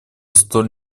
столь